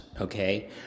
okay